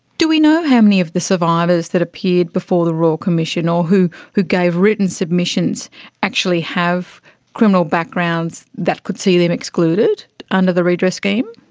do we know how many of these survivors that appeared before the royal commission or who who gave written submissions actually have criminal backgrounds that could see them excluded under the redress scheme?